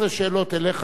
כולן ענייניות,